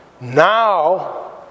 Now